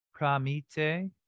pramite